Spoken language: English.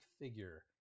figure